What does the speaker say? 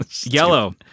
Yellow